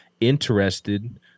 interested